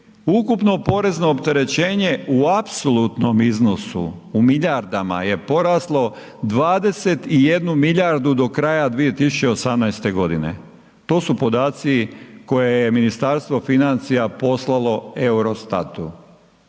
ukupno porezno opterećenje u apsolutnom iznosu u milijardama je poraslo 21 milijardu do kraja 2018. godine. To su podaci koje je Ministarstvo financija poslalo EUROSTAT-u,